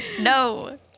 No